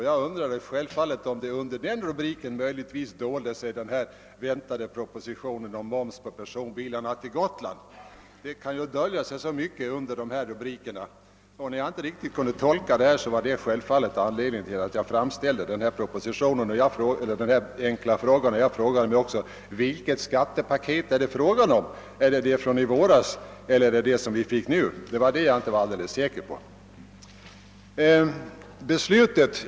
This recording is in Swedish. Jag undrade självfallet om den väntade propositionen angående slopande av momsen på medförande av personbilar dolde sig bakom denna rubrik; det kan ju dölja sig så mycket under dessa rubriker. Det var då naturligt att framställa en enkel fråga till finansministern. Jag undrade också vilket »skattepaket« som avsågs — det som behandlades i våras eller det som det nu har framlagts förslag om. Den saken var jag inte alldeles säker på.